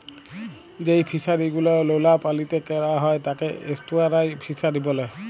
যেই ফিশারি গুলো লোলা পালিতে ক্যরা হ্যয় তাকে এস্টুয়ারই ফিসারী ব্যলে